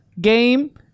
game